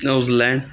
New Zealand